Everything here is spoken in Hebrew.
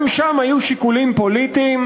גם שם היו שיקולים פוליטיים.